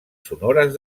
sonores